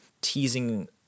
teasing